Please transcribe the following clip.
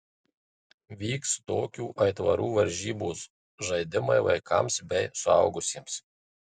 vyks tokių aitvarų varžybos žaidimai vaikams bei suaugusiems